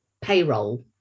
payroll